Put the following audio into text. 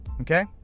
Okay